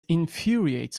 infuriates